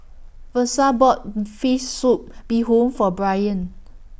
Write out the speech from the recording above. Versa bought Fish Soup Bee Hoon For Brian